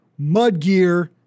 Mudgear